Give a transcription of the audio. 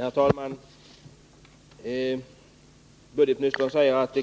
Herr talman! Budgetministern säger att